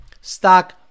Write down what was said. Stock